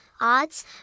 odds